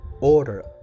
order